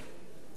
אברהם דואן,